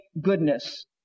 goodness